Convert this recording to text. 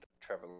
Trevor